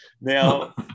Now